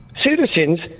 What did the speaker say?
citizens